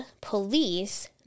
police